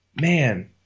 man